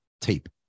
tape